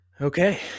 Okay